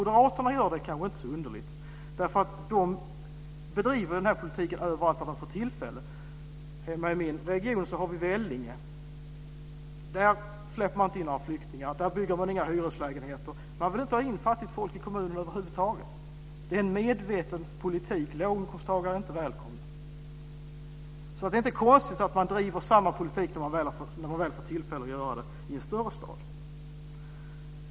Det är kanske inte så underligt att Moderaterna gör det. De bedriver denna politik så fort de får tillfälle. I min region finns Vellinge. Där släpps inga flyktingar in. Där byggs inga lägenheter. Man vill över huvud taget inte ha in fattigt folk i kommunen. Det är en medveten politik. Låginkomsttagare är inte välkomna. Det är inte konstigt att man driver samma politik i en större stad när man väl får tillfälle att göra det.